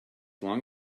long